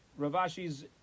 Ravashi's